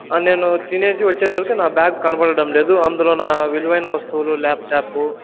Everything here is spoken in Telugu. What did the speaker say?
నేను తినేసి వచ్చేసరికి నా బ్యాగ్ కనపడడం లేదు అందులో నా విలువైన వస్తువులు ల్యాప్టాప్